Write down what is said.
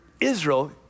Israel